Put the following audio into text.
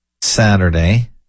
Saturday